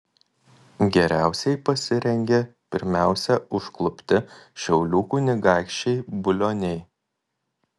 geriausiai pasirengė pirmiausia užklupti šiaulių kunigaikščiai bulioniai